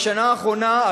בשנה האחרונה,